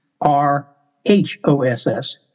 R-H-O-S-S